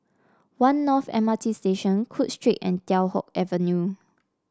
One North M R T Station Cook Street and Teow Hock Avenue